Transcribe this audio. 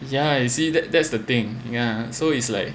yeah you see that that's the thing ya so it's like